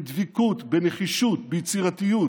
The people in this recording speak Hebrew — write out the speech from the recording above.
בדבקות, בנחישות, ביצירתיות,